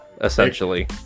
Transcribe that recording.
Essentially